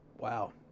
wow